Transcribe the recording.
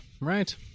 right